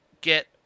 get